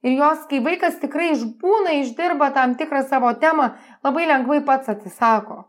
ir jos kai vaikas tikrai išbūna išdirba tam tikrą savo temą labai lengvai pats atsisako